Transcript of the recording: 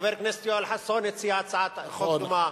חבר הכנסת יואל חסון הציע הצעת חוק דומה.